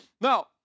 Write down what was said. Now